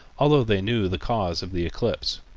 although they knew the cause of the eclipse.